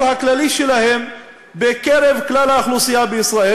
הכללי שלהם בקרב כלל האוכלוסייה בישראל,